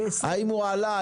האם הוא עלה?